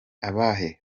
abahe